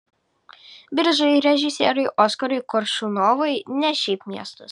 biržai režisieriui oskarui koršunovui ne šiaip miestas